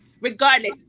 Regardless